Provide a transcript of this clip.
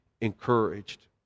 encouraged